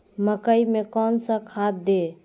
मकई में कौन सा खाद दे?